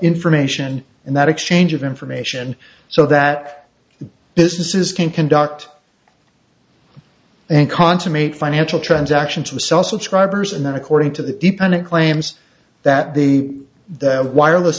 information and that exchange of information so that businesses can conduct and consummate financial transaction to sell subscribers and not according to the dependent claims that the wireless